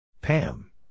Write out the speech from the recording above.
Pam